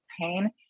pain